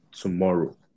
tomorrow